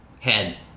head